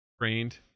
trained